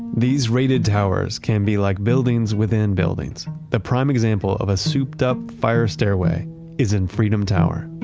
these rated towers can be like buildings within buildings. the prime example of a souped-up fire stairway is in freedom tower.